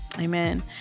Amen